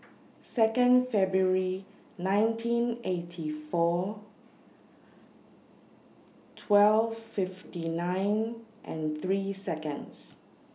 two February nineteen eighty four twelve fifty nine and three Seconds